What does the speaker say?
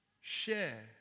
Share